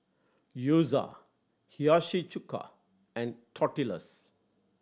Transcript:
Gyoza Hiyashi Chuka and Tortillas